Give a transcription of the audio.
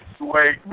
Wait